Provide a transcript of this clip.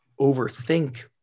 overthink